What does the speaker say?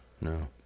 no